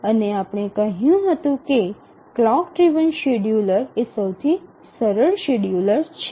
અને આપણે કહ્યું હતું કે ક્લોક ડ્રિવન શેડ્યૂલર એ સૌથી સરળ શેડ્યૂલર છે